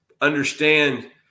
understand